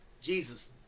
Jesus